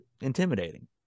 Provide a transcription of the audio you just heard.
intimidating